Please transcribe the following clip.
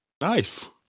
Nice